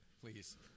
Please